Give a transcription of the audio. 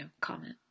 comment